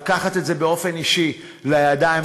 לקחת את זה באופן אישי לידיים,